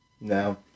No